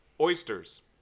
Oysters